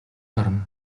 гарна